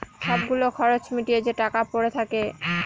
সব গুলো খরচ মিটিয়ে যে টাকা পরে থাকে